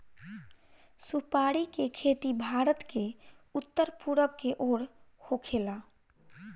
सुपारी के खेती भारत के उत्तर पूरब के ओर होखेला